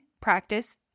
practice